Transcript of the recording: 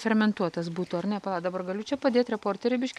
fermentuotas būtų ar ne pala dabar galiu čia padėt reporterį biškį